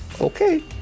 okay